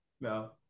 No